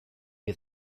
you